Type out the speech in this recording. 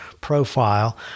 profile